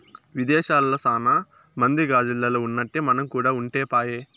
విదేశాల్ల సాన మంది గాజిల్లల్ల ఉన్నట్టే మనం కూడా ఉంటే పాయె